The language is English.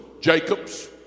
Jacobs